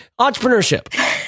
entrepreneurship